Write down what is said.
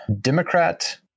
Democrat